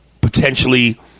potentially